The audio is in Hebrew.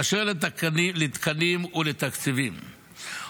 באשר לתקנים ולתקציבים,